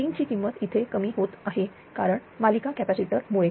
Z3 ची किंमत इथे कमी होत आहे कारण मालिका कॅपॅसिटर मुळे